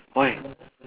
why